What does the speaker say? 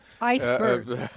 iceberg